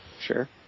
Sure